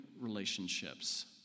relationships